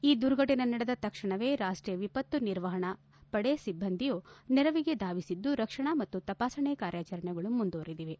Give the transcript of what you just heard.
ಈ ದುರ್ಘಟನೆ ನಡೆದ ತಕ್ಷಣವೇ ರಾಷ್ಲೀಯ ವಿಪತ್ತು ನಿರ್ವಹಣಾ ಪಡೆ ಸಿಬ್ಬಂದಿಯು ನೆರವಿಗೆ ಧಾವಿಸಿದ್ದು ರಕ್ಷಣಾ ಮತ್ತು ತಪಾಸಣಾ ಕಾರ್ಯಾಚರಣೆಗಳು ಮುಂದುವರೆದಿವೆ